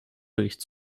bericht